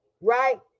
right